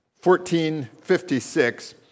1456